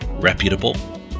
reputable